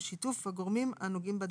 בשיתוף הגורמים הנוגעים בדבר."